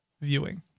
viewing